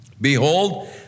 Behold